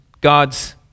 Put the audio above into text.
God's